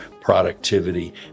productivity